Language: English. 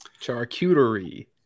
Charcuterie